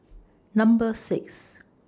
Number six